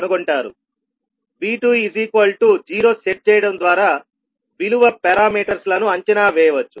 V20 set చేయడం ద్వారా విలువ పారామీటర్స్ లను అంచనా వేయవచ్చు